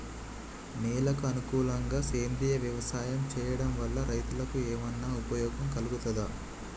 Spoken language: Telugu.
నేలకు అనుకూలంగా సేంద్రీయ వ్యవసాయం చేయడం వల్ల రైతులకు ఏమన్నా ఉపయోగం కలుగుతదా?